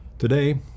Today